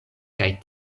kaj